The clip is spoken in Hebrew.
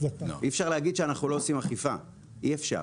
אי אפשר להגיד שאנחנו לא עושים אכיפה, אי אפשר.